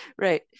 Right